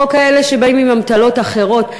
או כאלה שבאים עם אמתלות אחרות.